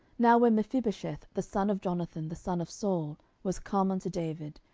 now when mephibosheth, the son of jonathan, the son of saul, was come unto david,